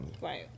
Right